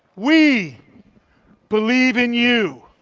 we believe in you.